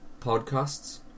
podcasts